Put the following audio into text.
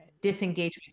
disengagement